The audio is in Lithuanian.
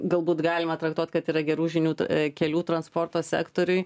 galbūt galima traktuot kad yra gerų žinių t kelių transporto sektoriui